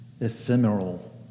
ephemeral